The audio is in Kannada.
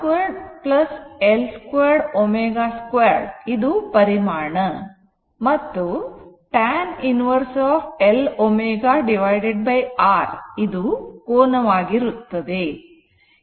R 2 L 2 ω 2 ಇದು ಪರಿಮಾಣ ಮತ್ತು tan inverse L ω R ಇದು ಕೋನ ವಾಗಿರುತ್ತದೆ